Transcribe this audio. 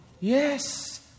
Yes